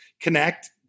connect